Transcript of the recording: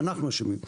ואנחנו אשמים.